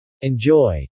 Enjoy